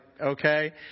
okay